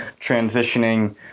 transitioning